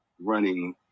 running